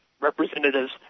representatives